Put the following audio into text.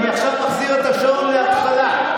אני עכשיו מחזיר את השעון להתחלה.